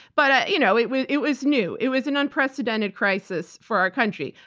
but you know it was it was new. it was an unprecedented crisis for our country.